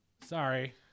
Sorry